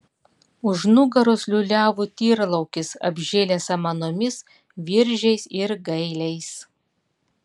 už nugaros liūliavo tyrlaukis apžėlęs samanomis viržiais ir gailiais